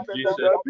Jesus